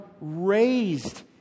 raised